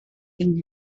king